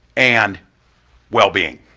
and well being.